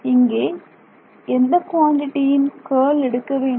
இங்கே எந்தக் குவாண்டிடியின் கர்ல் எடுக்க வேண்டும்